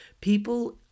People